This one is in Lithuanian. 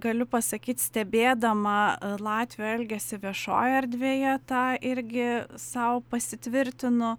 galiu pasakyt stebėdama latvių elgesį viešojoj erdvėje tą irgi sau pasitvirtinu